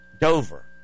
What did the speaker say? Dover